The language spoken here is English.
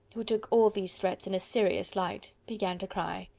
who took all these threats in a serious light, began to cry.